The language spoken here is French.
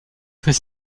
fait